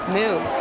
move